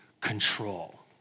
control